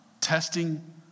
testing